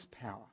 power